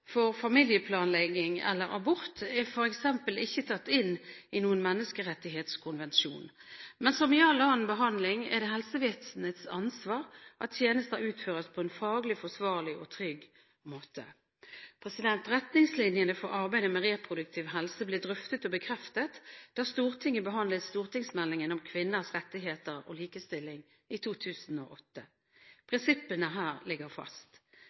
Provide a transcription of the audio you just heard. for familieplanlegging eller abort er f.eks. ikke tatt inn i noen menneskerettighetskonvensjon. Men som i all annen behandling er det helsevesenets ansvar at tjenester utføres på en faglig forsvarlig og trygg måte. Retningslinjene for arbeidet med reproduktiv helse ble drøftet og bekreftet da Stortinget behandlet stortingsmeldingen om kvinners rettigheter og likestilling i 2008. Prinsippene her ligger fast.